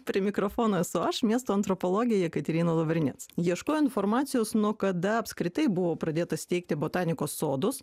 prie mikrofono esu aš miesto antropologė jekaterina lavrinec ieškojau informacijos nuo kada apskritai buvo pradėta steigti botanikos sodus